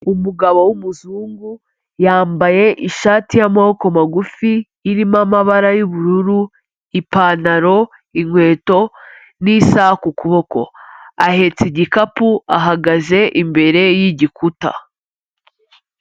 Umugabo w'umuzungu yambaye ishati y'amaboko magufi irimo amabara y'ubururu, ipantaro, inkweto n'isaha ku kuboko. Ahetse igikapu, ahagaze imbere y'igikuta.